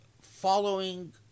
following